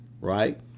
right